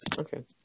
Okay